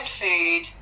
food